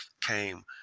came